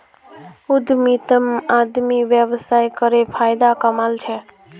उद्यमितात आदमी व्यवसाय करे फायदा कमा छे